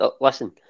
Listen